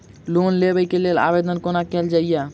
Loan लेबऽ कऽ लेल आवेदन कोना कैल जाइया?